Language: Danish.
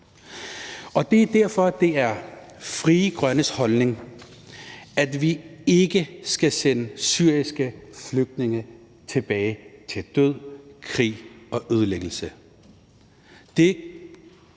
Og det er derfor, det er Frie Grønnes holdning, at vi ikke skal sende syriske flygtninge tilbage til død, krig og ødelæggelse.